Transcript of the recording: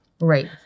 Right